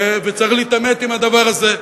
וצריך להתעמת עם הדבר הזה.